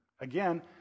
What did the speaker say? Again